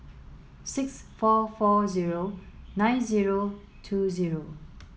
six four four zero nine zero two zero